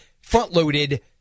front-loaded